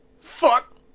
Fuck